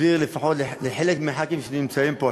להסביר לחלק מחברי הכנסת שנמצאים פה,